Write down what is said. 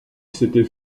s’était